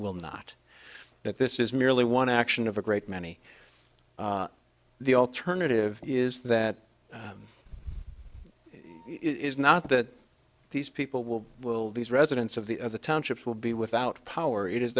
will not that this is merely one action of a great many the alternative is that it is not that these people will will these residents of the of the townships will be without power it is